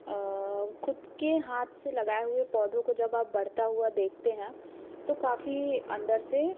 खुद के हाथ से लगाया हुए पौधों को जब आप बढ़ता हुआ देखते हैं तो काफ़ी अंदर से